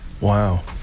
Wow